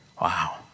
Wow